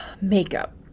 makeup